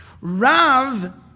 Rav